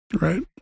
Right